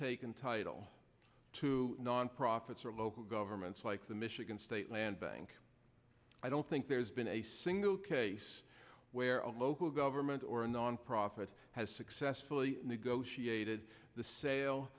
taken title to nonprofits or local governments like the michigan state land bank i don't think there's been a single case where a local government or a nonprofit has successfully negotiated the sale